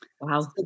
Wow